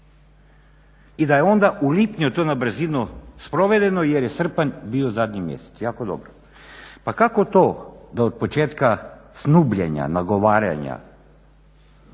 I da je onda u lipnju to na brzinu sprovedeno jer je srpanj bio zadnji mjesec. Jako dobro. Pa kako to da od početka snubljenja, nagovaranja